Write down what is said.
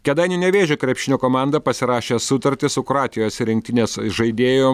kėdainių nevėžio krepšinio komanda pasirašė sutartį su kroatijos rinktinės įžaidėju